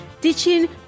teaching